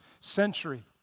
century